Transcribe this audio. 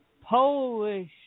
Polish